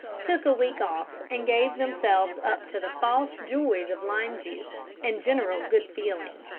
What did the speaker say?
took a week off and gave themselves up to the false joys of lime-juice and general good feeling.